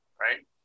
right